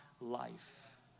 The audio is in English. life